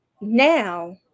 now